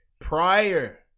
prior